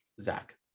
Zach